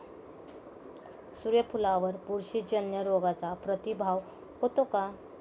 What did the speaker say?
सूर्यफुलावर बुरशीजन्य रोगाचा प्रादुर्भाव होतो का?